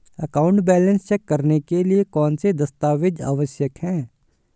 Account balance check करने के लिए कौनसे दस्तावेज़ आवश्यक हैं?